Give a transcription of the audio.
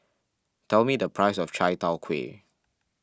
tell me the price of Chai Tow Kway